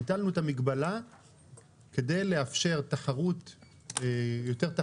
ביטלנו את המגבלה כדי לאפשר יותר תחרות בשוק,